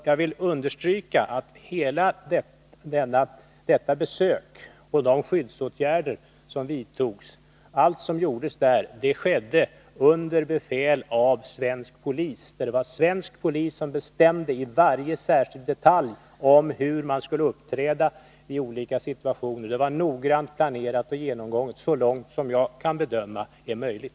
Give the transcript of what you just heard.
Jag vill understryka att alla de skyddsåtgärder som vidtogs under hela detta besök vidtogs under befäl av svensk polis. Svensk polis bestämde i varje särskild detalj hur man skulle uppträda i olika situationer. Det var noggrant planerat och genomgånget så långt som det enligt min bedömning är möjligt.